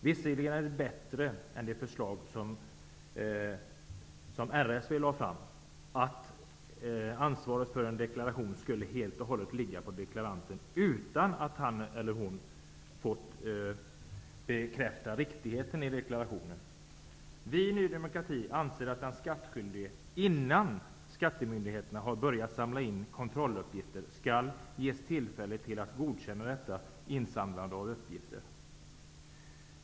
Visserligen är det bättre än det förslag som RSV lade fram om att ansvaret för en deklaration helt och hållet skulle ligga på deklaranten utan att han eller hon fått bekräfta riktigheten i deklarationen. Vi i Ny demokrati anser att den skattskyldige innan skattemyndigheterna har börjat samla in kontrolluppgifter skall ges tillfälle till att godkänna detta insamlande av uppgifter.